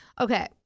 Okay